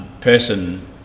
person